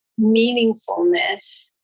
meaningfulness